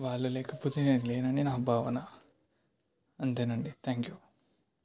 వాళ్ళు లేకపోతే నేను లేనని నా భావన అంతే అండి థ్యాంక్ యూ